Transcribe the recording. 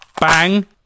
Bang